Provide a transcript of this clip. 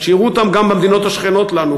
שיראו אותם גם במדינות השכנות לנו,